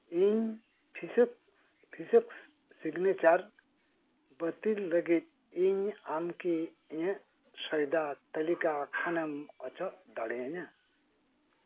ᱤᱧ ᱯᱷᱤᱥᱟᱹ ᱯᱷᱤᱥᱟᱹᱠ ᱥᱤᱜᱽᱱᱮᱪᱟᱨ ᱵᱟᱹᱷᱛᱤᱞ ᱞᱟᱹᱜᱤᱫ ᱤᱧ ᱟᱢᱠᱤ ᱤᱧᱟᱹᱜ ᱥᱚᱭᱫᱟ ᱛᱟᱞᱤᱠᱟ ᱠᱷᱚᱱᱮᱢ ᱚᱪᱚᱜ ᱫᱟᱲᱮᱭᱟᱹᱧᱟᱹ